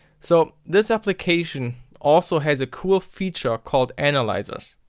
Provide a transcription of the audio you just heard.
so this application also has a cool feature called analyzers.